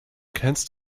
kennst